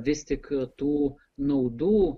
vis tik tų naudų